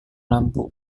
lampu